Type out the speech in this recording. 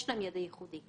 יש להם ידע ייחודי.